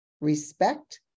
respect